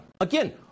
Again